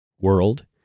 world